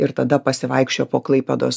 ir tada pasivaikščiojo po klaipėdos